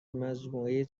مجموعهی